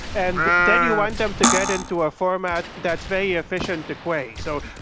and then you want them to get into a format that's very efficient to query. so